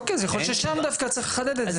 אוקיי, אז יכול להיות ששם דווקא צריך לחדד את זה.